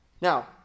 Now